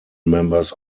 members